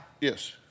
Yes